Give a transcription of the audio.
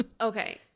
Okay